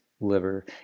liver